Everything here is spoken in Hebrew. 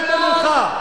בנאמנות למדינה,